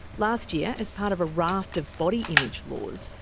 last year as part of a raft of body image laws,